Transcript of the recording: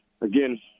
again